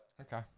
okay